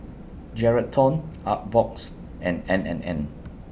Geraldton Artbox and N and N